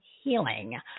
healing